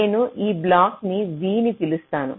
నేను ఈ బ్లాక్ ని v అని పిలుస్తాను